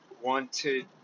wanted